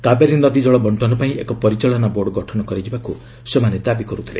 କାବେରୀ ନଦୀ ଜଳ ବଣ୍ଟନ ପାଇଁ ଏକ ପରିଚାଳନା ବୋର୍ଡ ଗଠନ କରାଯିବାକୁ ସେମାନେ ଦାବି କରୁଥିଲେ